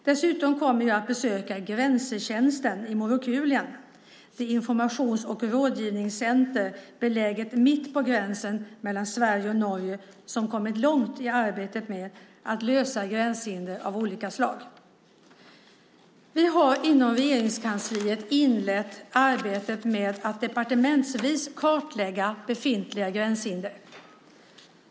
Dessutom kommer jag att besöka Grensetjänsten i Morokulien, det informations och rådgivningscenter beläget mitt på gränsen mellan Sverige och Norge som kommit långt i arbetet med att lösa gränshinder av olika slag. Vi har inom Regeringskansliet inlett arbetet med att departementsvis kartlägga befintliga gränshinder.